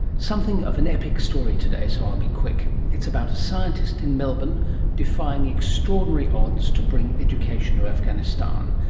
something of an epic story today, so i'll be quick. it's about a scientist in melbourne defying extraordinary odds to bring education to afghanistan.